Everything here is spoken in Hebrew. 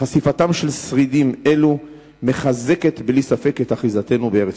חשיפתם של שרידים אלו מחזקת בלי ספק את אחיזתנו בארץ-ישראל.